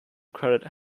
credit